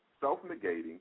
self-negating